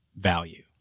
value